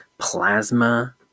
Plasma